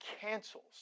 cancels